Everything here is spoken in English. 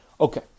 Okay